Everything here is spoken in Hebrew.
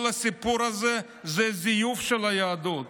כל הסיפור הזה הוא זיוף של היהדות,